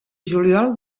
juliol